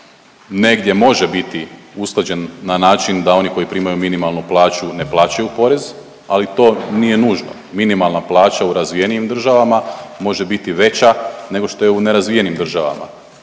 Negdje može biti usklađen na način da oni koji primaju minimalnu plaću, ne plaćaju porez, ali to nije nužno. Minimalna plaća u razvijenijim državama može biti veća nego što je u nerazvijenim državama.